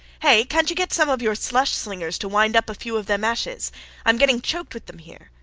hey! cant you get some of your slush-slingers to wind up a few of them ashes? i am getting choked with them here.